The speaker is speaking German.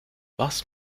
was